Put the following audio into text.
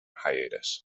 hiatus